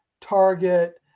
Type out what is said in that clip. Target